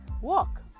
walk